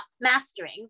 mastering